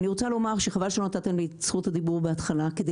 אני רוצה לומר שחבל שלא נתתם לי את זכות הדיבור בהתחלה כדי